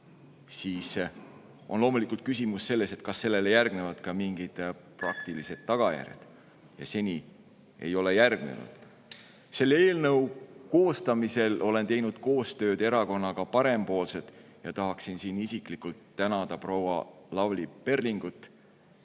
siis on loomulikult küsimus selles, kas sellele järgnevad ka mingid praktilised tagajärjed. Seni ei ole järgnenud. Selle eelnõu koostamisel olen teinud koostööd Erakonnaga Parempoolsed ja tahan siin isiklikult tänada proua Lavly Perlingut.